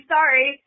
Sorry